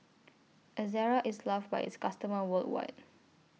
Ezerra IS loved By its customers worldwide